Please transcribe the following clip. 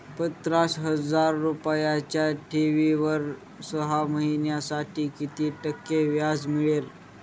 पन्नास हजार रुपयांच्या ठेवीवर सहा महिन्यांसाठी किती टक्के व्याज मिळेल?